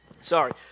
sorry